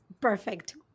perfect